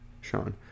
Sean